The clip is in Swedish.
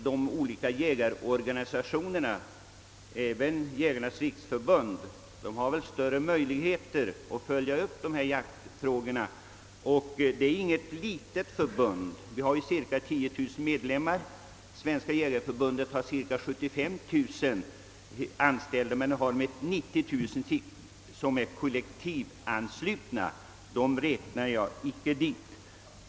De olika jägarorganisationerna, även Jägarnas riksförbund, har stora möjligheter att följa upp dessa jaktvårdsfrågor. Vi har cirka 10 000 medlemmar. Svenska jägareförbundet har cirka 75000 ledamöter. De har omkring 90 000 till, men dessa är kollektivanslutna. Därför räknar jag inte med dem nu.